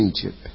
Egypt